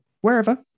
wherever